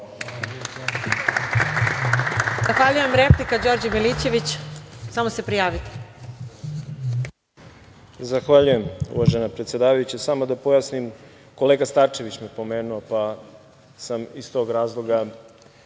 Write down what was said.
Zahvaljujem. Replika, Đorđe Milićević. **Đorđe Milićević** Zahvaljujem uvažena predsedavajuća. Samo da pojasnim, kolega Starčević me je pomenuo, pa sam iz tog razloga